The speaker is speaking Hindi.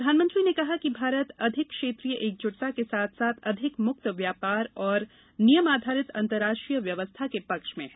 प्रधानमंत्री ने कहा कि भारत अधिक क्षेत्रीय एकजुटता के साथ साथ अधिक मुक्त व्यापार और नियम आधारित अंतर्राष्ट्रीय व्यवस्था के पक्ष में है